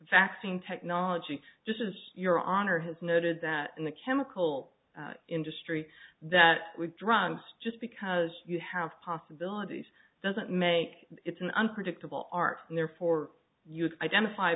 seen technology just as your honor has noted that in the chemical industry that we're drunk just because you have possibilities doesn't make it an unpredictable arc and therefore you identify